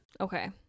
okay